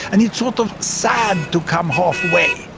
and it's sort of sad to come half way,